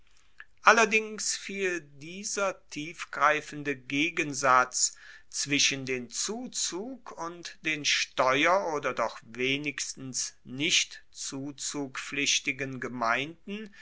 allerdings fiel dieser tiefgreifende gegensatz zwischen den zuzug und den steuer oder doch wenigstens nicht zuzugpflichtigen gemeinden